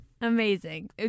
Amazing